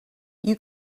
you